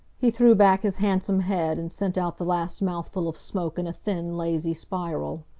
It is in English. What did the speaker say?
he threw back his handsome head and sent out the last mouthful of smoke in a thin, lazy spiral.